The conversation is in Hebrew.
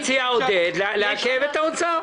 מציע עודד פורר לעכב את ההעברה של משרד האוצר.